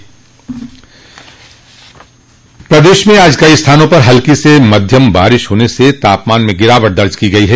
प्रदेश में आज कई स्थानों पर हल्की से मध्यम बारिश होने से तापमान में गिरावट दर्ज की गई है